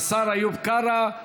השר איוב קרא,